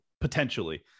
potentially